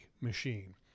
machine